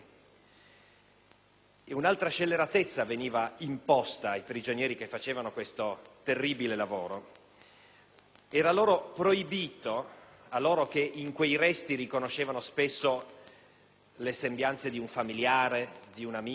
un'altra scelleratezza veniva imposta ai prigionieri che facevano questo terribile lavoro: a loro, che in quei resti spesso riconoscevano le sembianze di un familiare o di un amico,